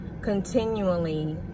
continually